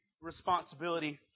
responsibility